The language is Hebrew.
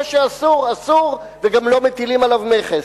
מה שאסור אסור, וגם לא מטילים עליו מכס.